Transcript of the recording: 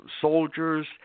soldiers